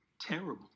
terrible